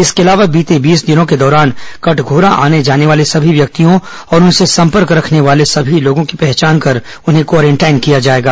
इसके अलावा बीते बीस दिनों के दौरान कटघोरा आने जाने वाले सभी व्यक्तियों और उनसे संपर्क रखने वाले सभी लोगों की पहचान कर उन्हें क्वारेंटाइन किया जाएगा